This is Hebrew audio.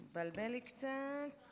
התבלבל לי קצת.